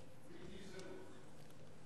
בלי גזענות.